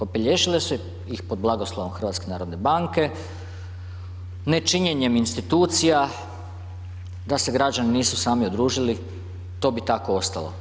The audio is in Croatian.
Opelješile su ih pod blagoslovom HNB-a, nečinjenjem institucija, da se građani nisu sami udružili, to bi tako ostalo.